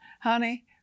Honey